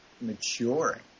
maturing